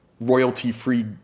royalty-free